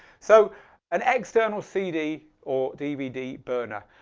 so an external cd or dvd burner.